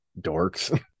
dorks